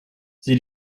sie